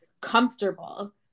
comfortable